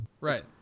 Right